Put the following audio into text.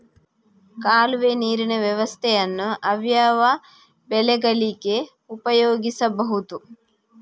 ಕಾಲುವೆ ನೀರಿನ ವ್ಯವಸ್ಥೆಯನ್ನು ಯಾವ್ಯಾವ ಬೆಳೆಗಳಿಗೆ ಉಪಯೋಗಿಸಬಹುದು?